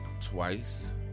twice